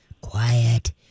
Quiet